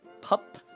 Pup